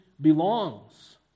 belongs